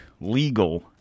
legal